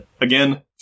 Again